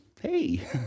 Hey